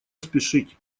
спешить